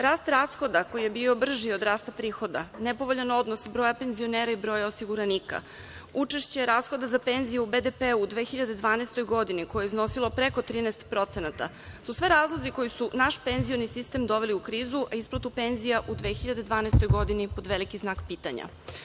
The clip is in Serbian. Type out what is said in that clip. Rast rashoda koji je bio brži od rasta prihoda, nepovoljan odnos broja penzionera i broja osiguranika, učešće rashoda za penziju u BDP-u u 2012. godini, koje je iznosilo preko 13% su sve razlozi koji su naš penzioni sistem doveli u krizu, a isplatu penzija u 2012. godini pod veliki znak pitanja.